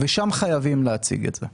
שם חייבים להציג את זה.